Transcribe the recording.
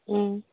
ꯎꯝ